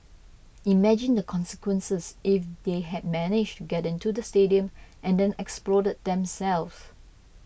imagine the consequences if they had managed to get into the stadium and then exploded themselves